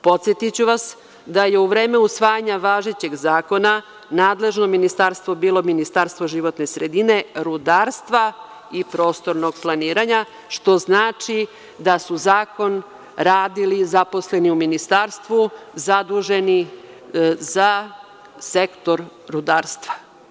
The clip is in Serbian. Podsetiću vas da je u vreme usvajanja važećeg zakona nadležno ministarstvo bilo Ministarstvo životne sredine, rudarstva i prostornog planiranja, što znači da su zakon radili zaposleni u ministarstvu zaduženi za sektor rudarstva.